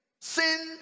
Sin